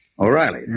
O'Reilly